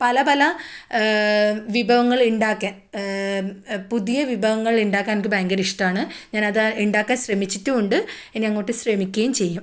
പല പല വിഭവങ്ങൾ ഉണ്ടാക്കാൻ പുതിയ വിഭവങ്ങൾ ഉണ്ടാക്കാൻ എനിക്ക് ഭയങ്കരിഷ്ടമാണ് ഞാൻ അത് ഉണ്ടാക്കാൻ ശ്രമിച്ചിട്ടും ഉണ്ട് ഇനി അങ്ങോട്ട് ശ്രമിക്കുകയും ചെയ്യും